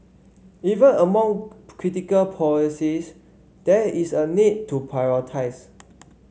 even among critical policies there is a need to prioritise